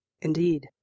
Indeed